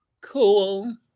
Cool